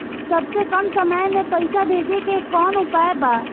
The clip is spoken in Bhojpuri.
सबसे कम समय मे पैसा भेजे के कौन उपाय बा?